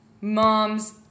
mom's